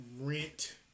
rent